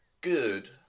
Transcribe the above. good